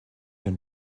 den